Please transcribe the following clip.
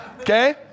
Okay